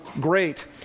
great